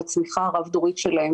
על הצמיחה הרב-דורית שלהם